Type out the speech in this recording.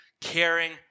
caring